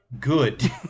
good